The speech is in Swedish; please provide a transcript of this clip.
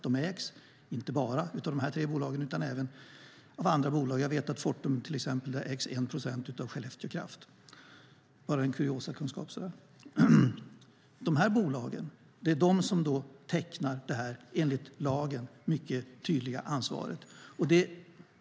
De ägs inte bara av de här tre bolagen utan även av andra bolag. Jag vet att i Fortum ägs 1 procent av Skellefteå Kraft - detta är bara en kuriosakunskap. Det är de här bolagen som tecknar detta enligt lagen mycket tydliga ansvar.